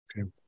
Okay